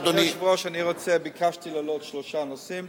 אדוני היושב-ראש, ביקשתי להעלות שלושה נושאים.